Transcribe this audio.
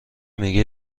میگه